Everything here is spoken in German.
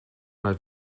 mal